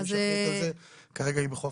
כי מי שעוסקת בזה היא כרגע בחופשה.